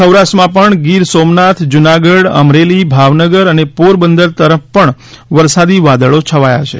સૌરાષ્ટ્રમાં પણ ગીર સોમનાથ જુનાગઢ અમરેલી ભાવનગર અને પોરબંદર તરફ પણ ઘનઘોર વાદળો છવાયા છે